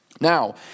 Now